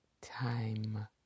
time